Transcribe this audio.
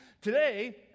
Today